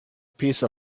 piece